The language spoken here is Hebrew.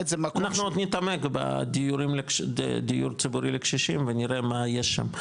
אנחנו עוד נתעמק בדיור ציבורי לקשישים ונראה מה יש שם.